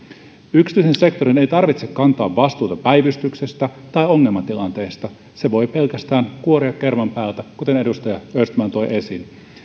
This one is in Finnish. yksityisen sektorin ei tarvitse kantaa vastuuta päivystyksestä tai ongelmatilanteista se voi pelkästään kuoria kerman päältä kuten edustaja östman toi esiin